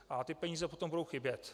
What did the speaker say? A ty peníze potom budou chybět.